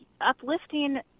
uplifting